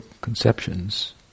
conceptions